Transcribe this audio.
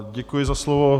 Děkuji za slovo.